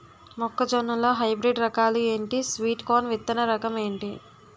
మొక్క జొన్న లో హైబ్రిడ్ రకాలు ఎంటి? స్వీట్ కార్న్ విత్తన రకం ఏంటి?